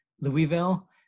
Louisville